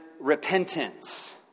repentance